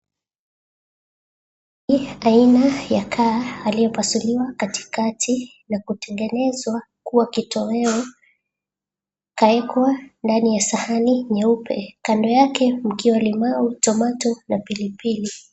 Ndege aina ya kaa aliyepasuliwa katikati na kutengenezwa kuwa kitoweo, kawekwa ndani ya sahani nyeupe kando yake mkiwa limau, tomato na pilipili.